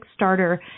Kickstarter